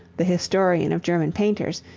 the historian of german painters,